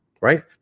right